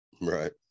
Right